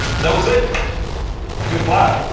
that was it good clap